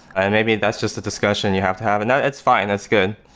and maybe that's just a discussion you have to have. and it's fine. that's good.